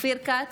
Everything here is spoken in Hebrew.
אופיר כץ,